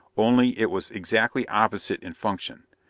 only it was exactly opposite in function.